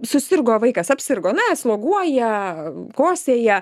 susirgo vaikas apsirgo na sloguoja kosėja